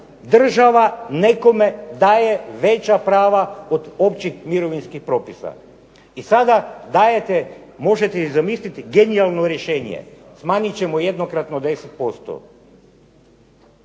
država nekome daje veća prava od općih mirovinskih propisa. I sada možete zamisliti genijalno rješenje, smanjit ćemo jednokratno 10%.